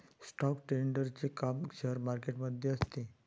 stock ट्रेडरचे काम share market मध्ये असते